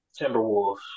Timberwolves